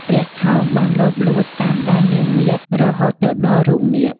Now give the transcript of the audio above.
ព្រះថោងបានលបលួចតាមដាននាងនាគរហូតទៅដល់រូងនាគ។